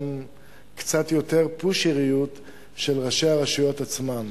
נדרשת פה גם קצת יותר "פושריות" של ראשי הרשויות עצמם,